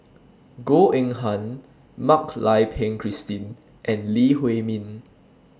Goh Eng Han Mak Lai Peng Christine and Lee Huei Min